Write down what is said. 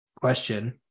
question